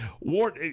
Ward